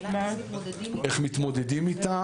השאלה איך מתמודדים איתה?